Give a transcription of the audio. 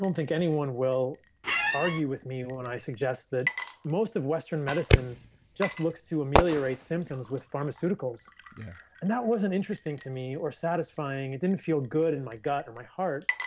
think anyone will argue with me when i suggest that most of western medicine just looks to ameliorate symptoms with pharmaceuticals yeah and that wasn't interesting to me or satisfying. it didn't feel good in my gut and my heart.